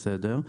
בסדר,